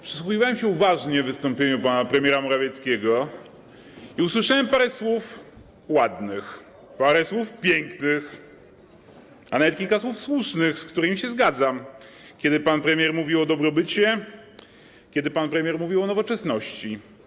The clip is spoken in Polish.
Przysłuchiwałem się uważnie wystąpieniu pana premiera Morawieckiego i usłyszałem parę słów ładnych, parę słów pięknych, a nawet kilka słów słusznych, z którymi się zgadzam, kiedy pan premier mówił o dobrobycie, o nowoczesności.